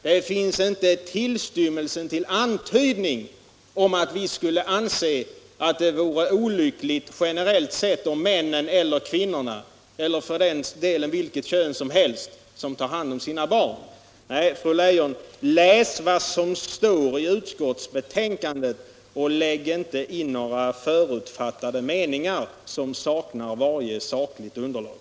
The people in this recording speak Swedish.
Det finns inte en tillstymmelse till antydan om att vi skulle anse att det vore olyckligt generellt sett att en förälder av ett visst kön tar hand om sina barn. Nej, fru Leijon, läs vad som står i utskottsbetänkandet, utan några förutfattade meningar som saknar varje sakligt underlag!